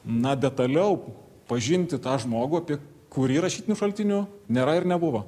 na detaliau pažinti tą žmogų apie kurį rašytinių šaltinių nėra ir nebuvo